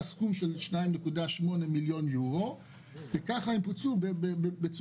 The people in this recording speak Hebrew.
סכום של 2.8 מיליוני יורו וכך הם פוצו אד-הוק,